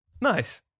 Nice